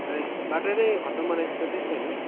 हैट बाटो नै खत्तम बनाए पछि त त्यस्तै हो नि